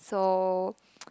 so